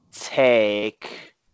take